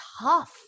tough